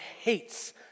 hates